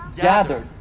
gathered